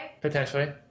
Potentially